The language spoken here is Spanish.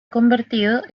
convertido